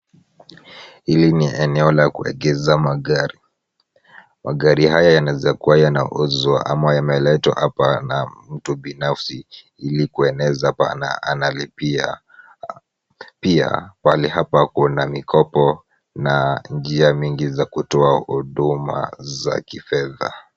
Hili ni eneo la kuegesha magari. Magari haya yanaeza kuwa yanauzwa ama yameletwa hapa na mtu binafsi ili kueneza bana analipia, pia hapa kuna mikopo na njia nyingi za kutoa huduma za kifedha.